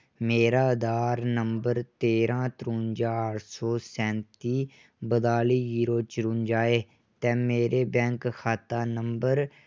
मेरा आधार नंबर तेरां तरुंजा अट्ठ सौ सैंती बताली जीरो चरुंजा ऐ ते मेरा बैंक खाता नंबर